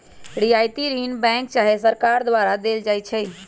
रियायती ऋण बैंक चाहे सरकार द्वारा देल जाइ छइ